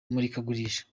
imurikagurisha